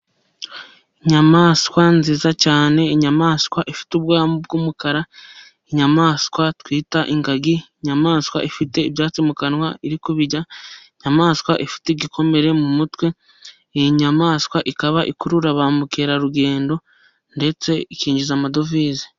Inyamaswa nziza cyane, inyamaswa ifite ubwoya bw'umukara, inyamaswa twita ingagi, inyamaswa ifite ibyatsi mu kanwa iri kubirya, inyamaswa ifite igikomere mu mutwe, iyi nyamaswa ikaba ikurura ba mukerarugendo ndetse ikinjiza amadovize.